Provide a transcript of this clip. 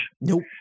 nope